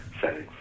settings